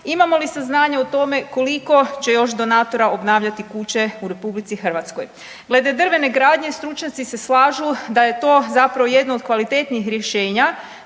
Imamo li saznanja o tome koliko će još donatora obnavljati kuće u RH? Glede drvene gradnje stručnjaci se slažu da je to zapravo jedno od kvalitetnijih rješenja